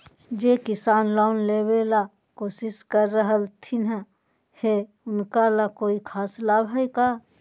जे किसान लोन लेबे ला कोसिस कर रहलथिन हे उनका ला कोई खास लाभ हइ का?